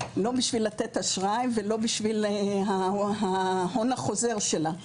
לא בשביל לתת אשראי ולא בשביל ההון החוזר שלה.